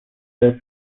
the